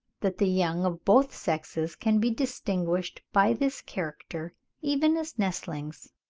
that the young of both sexes can be distinguished by this character even as nestlings.